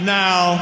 now